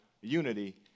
unity